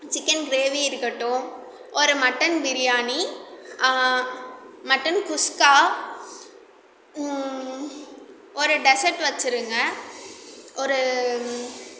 chicken gravy இருக்கட்டும் ஒரு mutton biryani mutton குஸ்கா ஒரு டெஸர்ட் வெச்சிருங்க ஒரு